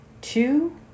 two